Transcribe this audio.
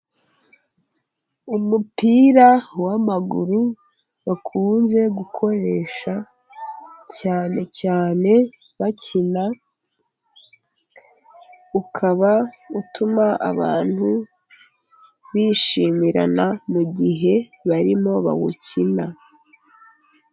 Umupira w'amaguru bakunze gukoresha cyane cyane bakina, ukaba utuma abantu bishimirana mugihe barimo bawukina.